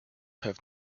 have